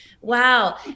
Wow